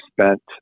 spent